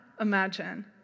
imagine